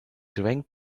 drank